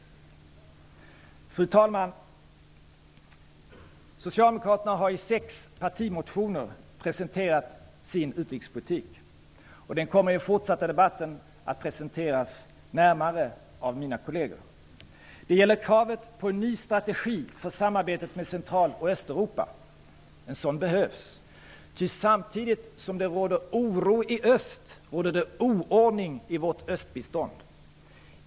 Fru talman! Socialdemokraterna har i sex partimotioner presenterat sin utrikespolitik. I den fortsatta debatten kommer de att presenteras närmare av mina kolleger. Det gäller kravet på en ny strategi för samarbetet med Central och Östeuropa. En sådan behövs. Samtidigt som det råder oro i öst, råder det oordning i vårt östbistånd.